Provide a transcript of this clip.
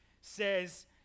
says